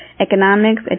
Economics